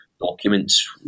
documents